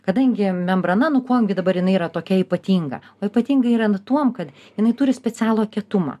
kadangi membrana nu kuom gi dabar jinai yra tokia ypatinga o ypatinga yra nu tuom kad jinai turi specialų kietumą